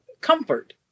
comfort